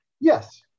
yes